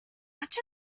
much